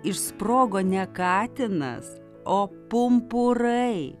išsprogo ne katinas o pumpurai